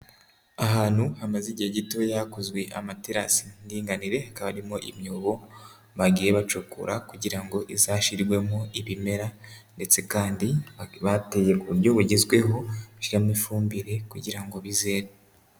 Ahantu hamaze igihe gito hakozwe amaterasi y'indinganire, hakaba harimo imyobo bagiye bacukura kugira ngo izashyirwemo ibimera ,ndetse kandi hakaba hateye mu uburyo bugezweho bashyiramo ifumbire kugira ngo bizere.